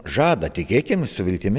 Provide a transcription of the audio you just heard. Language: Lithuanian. žada tikėkimės su viltimi